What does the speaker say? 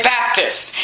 Baptist